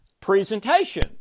presentation